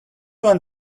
one